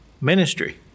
ministry